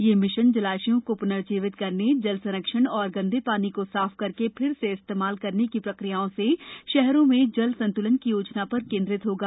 यह मिशन जलाशयों को प्नर्जीवित करनेए जल संरक्षण और गंदे पानी को साफ करके फिर से इस्तेमाल करने की प्रक्रियाओं से शहरों में जल संत्लन की योजना पर केन्द्रित होगा